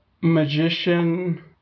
magician